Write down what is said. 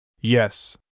Yes